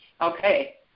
Okay